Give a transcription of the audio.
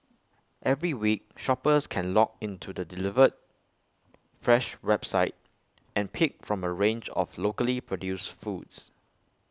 every week shoppers can log into the delivered fresh website and pick from A range of locally produced foods